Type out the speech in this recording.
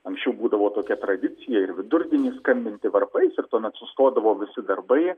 anksčiau būdavo tokia tradicija ir vidurdienį skambinti varpais ir tuomet sustodavo visi darbai